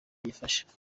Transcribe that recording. byifashe